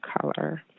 color